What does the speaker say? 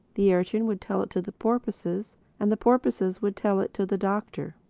the urchin would tell it to the porpoises and the porpoises would tell it to the doctor.